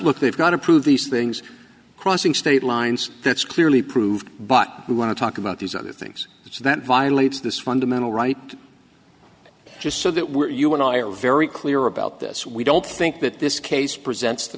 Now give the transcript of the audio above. look they've got to prove these things crossing state lines that's clearly proved but you want to talk about these other things so that violates this fundamental right just so that we're you and i are very clear about this we don't think that this case presents the